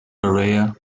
berea